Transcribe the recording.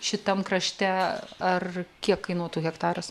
šitam krašte ar kiek kainuotų hektaras